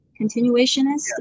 continuationist